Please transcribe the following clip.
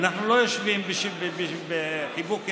אנחנו לא יושבים בחיבוק ידיים,